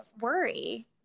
worry